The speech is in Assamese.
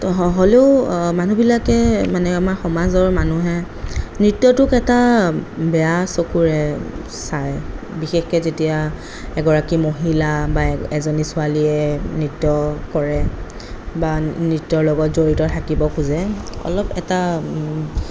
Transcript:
হ'লেও মানুহবিলাকে মানে আমাৰ সমাজৰ মানুহে নৃত্য়টোক এটা বেয়া চকুৰে চাই বিশেষকৈ যেতিয়া এগৰাকী মহিলা বা এজনী ছোৱালীয়ে নৃত্য় কৰে বা নৃত্য়ৰ লগত জড়িত থাকিব খোজে অলপ এটা